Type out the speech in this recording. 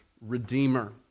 Redeemer